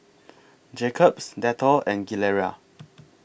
Jacob's Dettol and Gilera